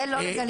זה לא לגליזציה,